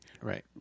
right